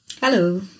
hello